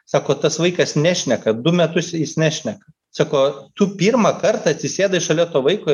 sako tas vaikas nešneka du metus jis nešneka sako tu pirmą kartą atsisėdai šalia to vaiko